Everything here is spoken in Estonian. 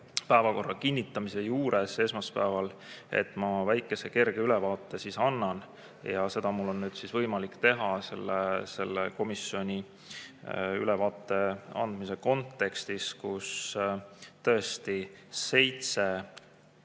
päevakorra kinnitamise juures esmaspäeval, annan väikese kerge ülevaate. Seda on mul nüüd võimalik teha selle komisjoni ülevaate andmise kontekstis, kus tõesti seitse